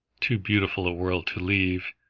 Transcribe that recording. too beautiful a world to leave.